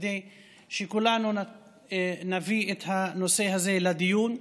כדי שכולנו נביא את הנושא הזה לדיון.